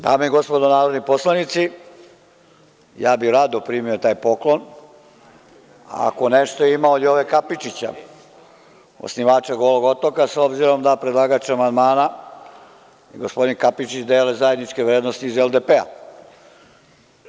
Dame i gospodo narodni poslanici, rado bih primio taj poklon ako nešto ima od Jova Kapičića, osnivača Golog otoka, s obzirom da predlagač amandmana i gospodin Kapičić dele zajedničke vrednosti iz LDP-a.